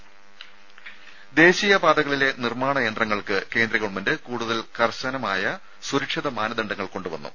ദേഴ ദേശീയപാതകളിലെ നിർമ്മാണ യന്ത്രങ്ങൾക്ക് കേന്ദ്ര ഗവൺമെന്റ് കൂടുതൽ കർശന സുരക്ഷിത മാനദണ്ഡങ്ങൾ കൊണ്ടുവന്നു